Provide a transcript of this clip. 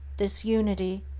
this unity,